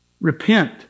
repent